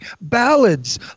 ballads